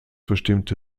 bestimmt